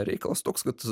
reikalas toks kad